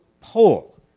poll